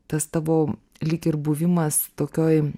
tas tavo lyg ir buvimas tokioj